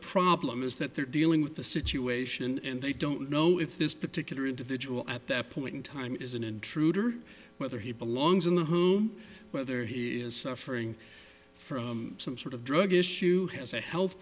problem is that they're dealing with a situation and they don't know if this particular individual at that point in time is an intruder whether he belongs in the home whether he is suffering from some sort of drug issue has a health